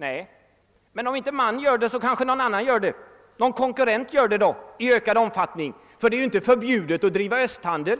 Nej, men om inte »man» gör det, kanske någon annan gör det — någon konkurrent. Det är inte förbjudet att driva östhandel